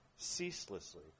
ceaselessly